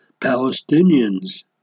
Palestinians